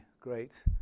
great